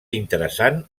interessant